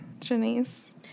Janice